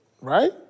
Right